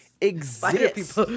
exist